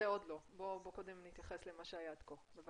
נתייחס לטכנולוגיה נגישה לאנשים עם מוגבלות.